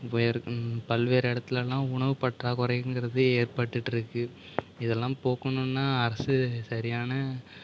இப்போது ஏற்க பல்வேறு இடத்தில் எல்லாம் உணவு பற்றாக்குறைங்கிறது ஏற்பட்டுகிட்டு இருக்குது இதெல்லாம் போக்கணுன்னால் அரசு சரியான